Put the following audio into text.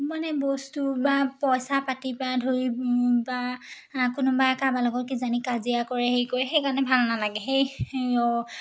মানে বস্তু বা পইচা পাতিৰ পৰা ধৰি বা কোনোবাই কাৰোবাৰ লগত কিজানি কাজিয়া কৰে হেৰি কৰে সেইকাৰণে ভাল নালাগে সেই